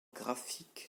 graphiques